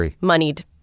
moneyed